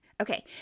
Okay